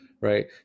right